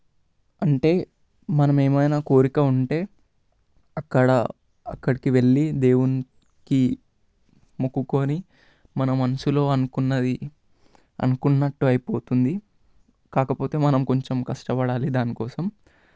అంటే మనం ఏమైనా కోరిక ఉంటే అక్కడ అక్కడికి వెళ్ళి దేవునికి మొక్కుకొని మన మనసులో అనుకున్నది అనుకున్నట్టు అయిపోతుంది కాకపోతే మనం కొంచెం కష్టపడాలి దానికోసం